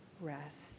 rest